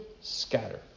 scatter